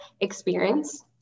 experience